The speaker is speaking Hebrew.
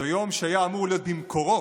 זה יום שהיה אמור להיות במקורו